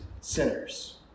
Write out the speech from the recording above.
sinners